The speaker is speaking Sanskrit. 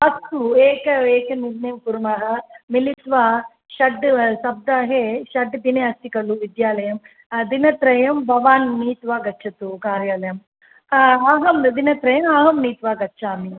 अस्तु एकं एकं निर्णयं कुर्मः मिलित्वा षट् सप्ताहे षट्दिनानि अस्ति खलु विद्यालयं दिनत्रयं भवान् नीत्वा गच्छतु कार्यालयं दिनत्रयम् अहं नीत्वा गच्छामि